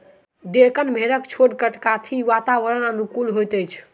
डेक्कन भेड़क छोट कद काठी वातावरणक अनुकूल होइत अछि